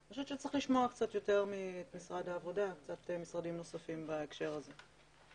צריך לשמוע קצת יותר את משרד העבודה ומשרדים נוספים בהקשר הזה.